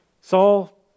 Saul